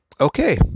okay